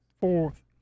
fourth